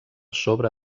sobre